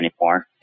anymore